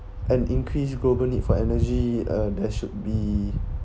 an increased global need for energy uh there should be